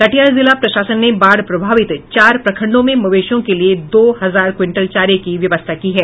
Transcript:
कटिहार जिला प्रशासन ने बाढ़ प्रभावित चार प्रखंडों में मवेशियों के लिए दो हजार क्विटल चारे की व्यवस्था की है